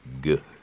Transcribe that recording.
good